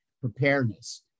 preparedness